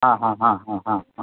हा हा हा हा हं